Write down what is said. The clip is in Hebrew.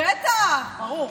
טלי, ערב טוב.